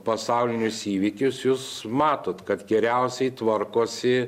pasaulinius įvykius jūs matot kad geriausiai tvarkosi